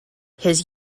his